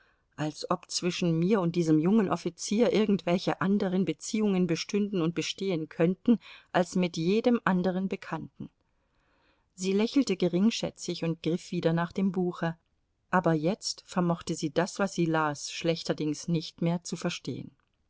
als ob zwischen mir und diesem jungen offizier irgendwelche andere beziehungen bestünden und bestehen könnten als mit jedem anderen bekannten sie lächelte geringschätzig und griff wieder nach dem buche aber jetzt vermochte sie das was sie las schlechterdings nicht mehr zu verstehen